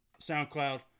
SoundCloud